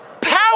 Power